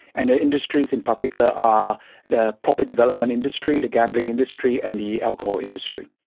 and the industries in particular are the property development industry, the gambling industry, and the alcohol industry.